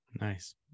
Nice